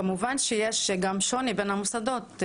כמובן שיש גם שוני בין המוסדות.